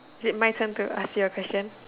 is it my turn to ask you a question